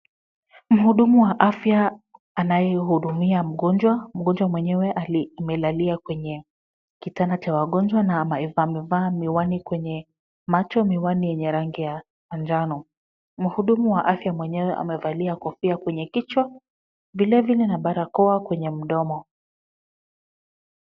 Mhudumu wa afya anayehudumia mgonjwa. Mgonjwa mwenyewe amelalia kwenye kitanda cha wagonjwa na amevaa miwani kwenye macho, miwani yenye rangi ya manjano. Mhudumu wa afya mwenyewe amevalia kofia kwenye kichwa vilevile na barakoa kwenye mdomo.